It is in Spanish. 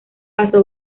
pasó